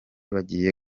bagiye